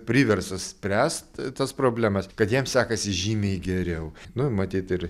priverstas spręst tas problemas kad jam sekasi žymiai geriau nu matyt ir